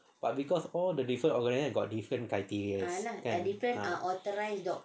but because all the different organisation got different criteria then ah